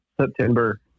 September